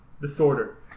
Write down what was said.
disorder